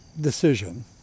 decision